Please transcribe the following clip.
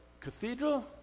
cathedral